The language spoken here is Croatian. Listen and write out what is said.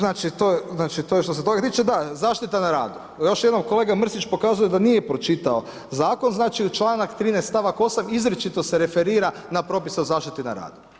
Znači to je što se toga tiče, da zaštita na radu, još jednom kolega Mrsić pokazuje da nije pročitao zakon znači članak 13. stavak 8. izričito se referira na propise o zaštiti na radu.